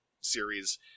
series